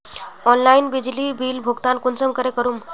Online बिजली bill भुगतान कुंसम करे करूम?